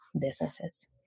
businesses